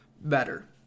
better